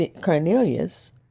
Cornelius